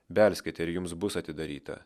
belskite ir jums bus atidaryta